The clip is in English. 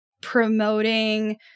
promoting